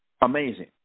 Amazing